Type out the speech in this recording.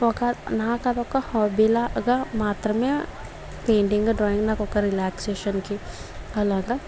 ఒక నాకు అది ఒక హాబీ లాగ మాత్రమే పెయింటింగ్ డ్రాయింగ్ నాకు ఒక రిలాక్సేషన్కి అలాగా